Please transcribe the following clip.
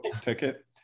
ticket